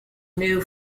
new